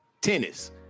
Tennis